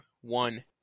one